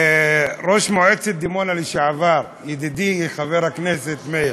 ראש מועצת דימונה לשעבר ידידי חבר הכנסת מאיר,